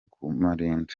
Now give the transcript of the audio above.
kumurinda